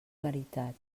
veritat